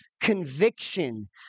conviction